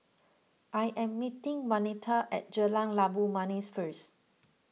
I am meeting Waneta at Jalan Labu Manis first